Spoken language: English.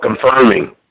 confirming